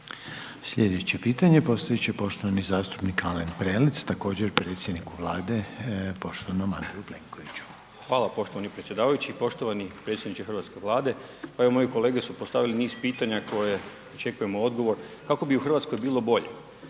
Sljedeće pitanje postavit će poštovani zastupnik Alen Prelec također predsjednik Vlade poštovanom Andreju Plenkoviću. Izvolite. **Prelec, Alen (SDP)** Hvala poštovani predsjedavajući. Poštovani predsjedniče hrvatske Vlade. Pa evo moje kolege su postavile niz pitanja na koje čekamo odgovor, kako bi u Hrvatskoj bilo bolje?